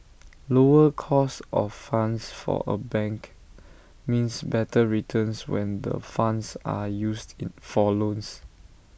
lower cost of funds for A bank means better returns when the funds are used for loans